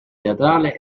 teatrale